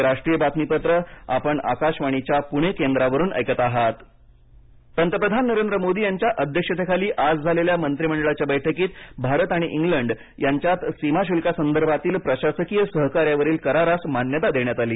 केंद्रीय मंत्रिमंडळ पंतप्रधान नरेंद्र मोदी यांच्या अध्यक्षतेखाली आज झालेल्या मंत्रिमंडळाच्या बैठकीत भारत आणि इंग्लंड यांच्यात सीमा शुल्कासंदार्भातील प्रशासकीय सहकार्यावरील करारास मान्यता देण्यात आली